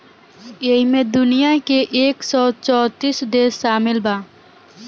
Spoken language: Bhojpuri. ऐइमे दुनिया के एक सौ चौतीस देश सामिल बा